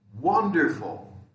Wonderful